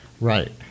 Right